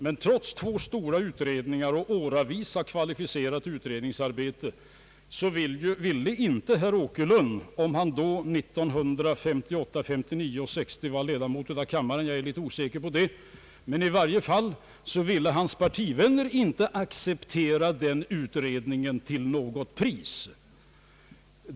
Men trots två stora utredningar och åratal av kvalificerat utredningsarbete ville inte herr Åkerlund, om han var ledamot av riksdagen åren 1958 till 1960 — jag är litet osäker om det — men i varje fall inte hans partivänner acceptera den utredningen till något pris.